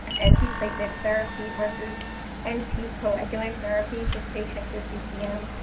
antiplatelet therapy versus anticoagulant therapy for patients with ccm.